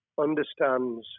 understands